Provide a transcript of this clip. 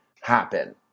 happen